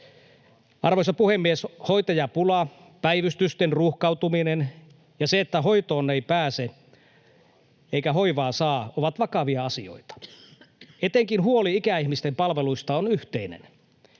Arvoisa puhemies! Hoitajapula, päivystysten ruuhkautuminen ja se, että hoitoon ei pääse eikä hoivaa saa, ovat vakavia asioita. Etenkin huoli ikäihmisten palveluista on yhteinen.